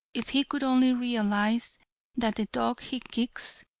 if he could only realize that the dog he kicks,